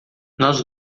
nós